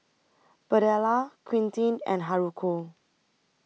Birdella Quentin and Haruko